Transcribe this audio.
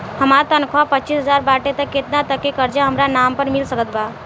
हमार तनख़ाह पच्चिस हज़ार बाटे त केतना तक के कर्जा हमरा नाम पर मिल सकत बा?